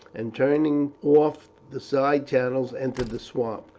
and turning off the side channels entered the swamp.